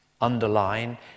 underline